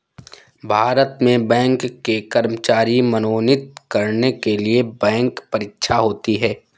भारत में बैंक के कर्मचारी मनोनीत करने के लिए बैंक परीक्षा होती है